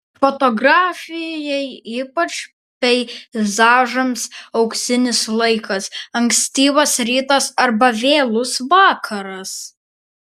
fotografijai ypač peizažams auksinis laikas ankstyvas rytas arba vėlus vakaras